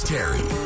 Terry